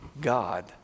God